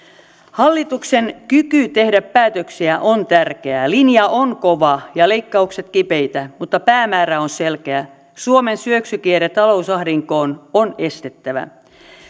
hallituksen kyky tehdä päätöksiä on tärkeä linja on kova ja leikkaukset kipeitä mutta päämäärä on selkeä suomen syöksykierre talousahdinkoon on estettävä